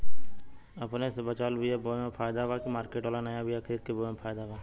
अपने से बचवाल बीया बोये मे फायदा बा की मार्केट वाला नया बीया खरीद के बोये मे फायदा बा?